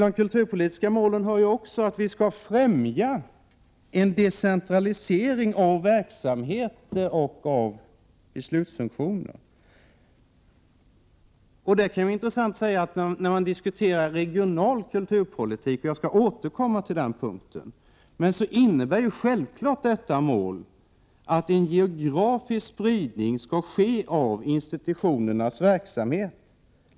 De kulturpolitiska målen innebär också att vi skall främja en decentralisering av verksamheter och beslutsfunktioner i diskussionen om regional kulturpolitik. Jag återkommer till den. Den senare. Jag måste säga att detta mål självfallet innebär att det måste ske en geografisk spridning av institutionernas verksamhet —t.ex.